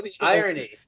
irony